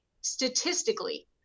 statistically